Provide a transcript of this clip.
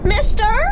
Mister